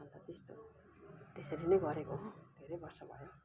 अन्त त्यस्तो हो त्यसरी नै गरेको धेरै वर्ष भयो